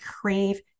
crave